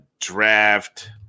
draft